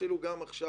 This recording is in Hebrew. ואפילו גם עכשיו,